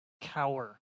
cower